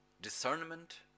discernment